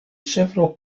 several